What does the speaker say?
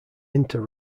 inter